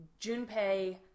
Junpei